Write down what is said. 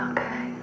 Okay